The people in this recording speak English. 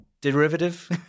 derivative